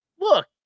look